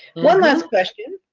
one last question.